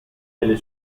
della